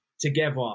together